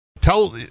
tell